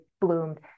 bloomed